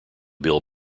bill